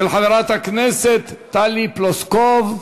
של חברת הכנסת טלי פלוסקוב.